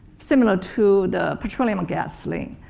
similar to the petroleum gasoline.